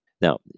Now